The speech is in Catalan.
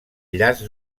llaç